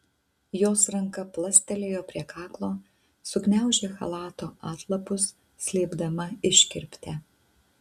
jos ranka plastelėjo prie kaklo sugniaužė chalato atlapus slėpdama iškirptę